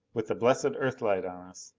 with the blessed earthlight on us,